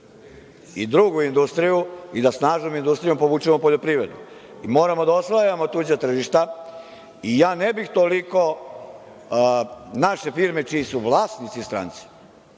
i drugu industriju, i da snažnom industrijom povučemo poljoprivredu. Moramo da osvajamo tuđa tržišta i ne bih toliko naše firme čiji su vlasnici stranci,